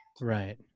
Right